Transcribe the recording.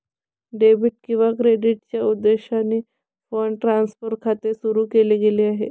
debit किंवा क्रेडिटच्या उद्देशाने फंड ट्रान्सफर खाते सुरू केले गेले आहे